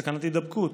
סכנת הידבקות,